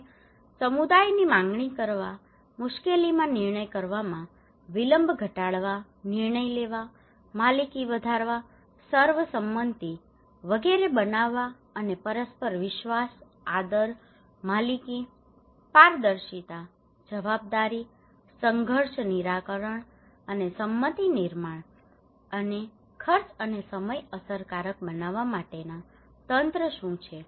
અને સમુદાયોની માંગણી કરવા મુશ્કેલીમાં નિર્ણય કરવામાં વિલંબ ઘટાડવા નિર્ણય લેવા માલિકી વધારવા સર્વસંમતિ વગેરે બનાવવા અને પરસ્પર વિશ્વાસ આદર માલિકી પારદર્શિતા જવાબદારી સંઘર્ષ નિરાકરણ અને સંમતિ નિર્માણ અને ખર્ચ અને સમય અસરકારક બનાવવા માટેના તંત્ર શું છે